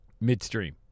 midstream